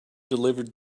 delivered